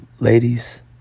ladies